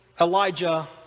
Elijah